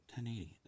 1080